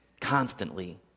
Constantly